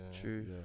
True